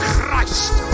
Christ